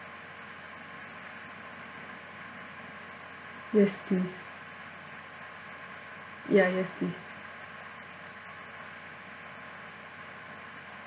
yes please ya yes please